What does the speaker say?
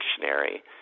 dictionary